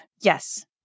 Yes